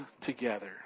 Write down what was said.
together